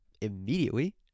immediately